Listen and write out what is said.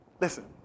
Listen